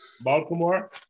Baltimore